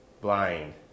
blind